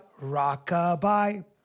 rockabye